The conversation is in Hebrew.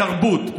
בתרבות,